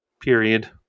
period